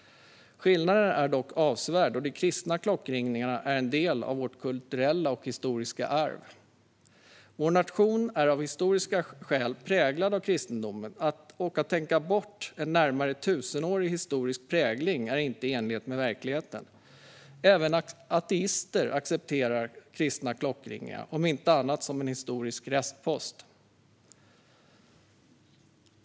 Skillnaden är dock avsevärd, då de kristna klockringningarna är en del av vårt kulturella och historiska arv. Vår nation är av historiska skäl präglad av kristendomen, och att tänka bort en närmare tusenårig historisk prägling är inte i enlighet med verkligheten. Även ateister accepterar kristna klockringningar, om inte annat som en historisk restpost.